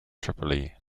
tripoli